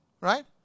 right